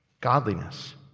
godliness